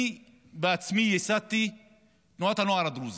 אני בעצמי ייסדתי את תנועת הנוער הדרוזית,